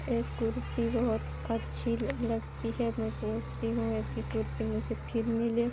एक कुर्ती बहुत अच्छी लग लगती है मैं सोचती हूँ ऐसी कुर्ती मुझे फिर मिले